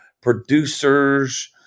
producers